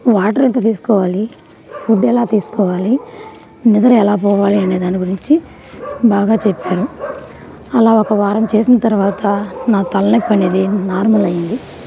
water ఎంత తీసుకోవాలి food ఎలా తీసుకోవాలి నిద్ర ఎలా పోవాలి అనేదాని గురించి బాగా చెప్పారు అలా ఒక వారం చేసిన తరువాత నాకు తలనొప్పి అనేది నార్మల్ అయింది